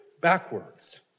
backwards